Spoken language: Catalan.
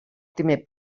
primer